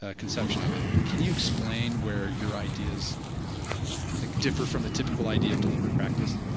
ah conception of it. i mean can you explain where your ideas like differ from the typical idea of deliberate practice?